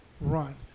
run